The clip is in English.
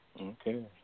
Okay